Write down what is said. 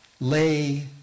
lay